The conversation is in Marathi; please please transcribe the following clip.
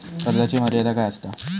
कर्जाची मर्यादा काय असता?